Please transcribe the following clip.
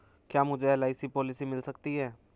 क्या मुझे LIC policy मिल सकती है?